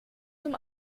zum